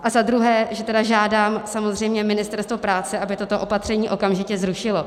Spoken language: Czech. A za druhé, že tedy žádám samozřejmě Ministerstvo práce, aby toto opatření okamžitě zrušilo.